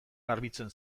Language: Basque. garbitzen